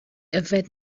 yfed